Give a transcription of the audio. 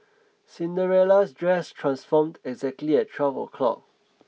Cinderella's dress transformed exactly at twelve o'clock